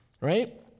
right